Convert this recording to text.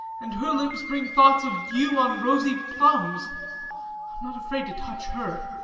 and her lips bringthoughts of dew on rosy plums. i am not afraid to touch her.